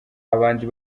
abandi